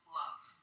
love